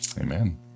amen